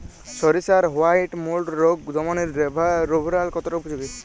সরিষার white mould রোগ দমনে রোভরাল কতটা উপযোগী?